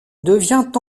devient